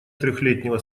трехлетнего